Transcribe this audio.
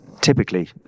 typically